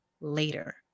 later